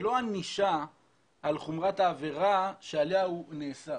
זה לא ענישה על חומרת העבירה שעליה הוא נאסר.